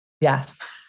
Yes